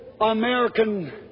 American